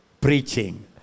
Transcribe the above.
preaching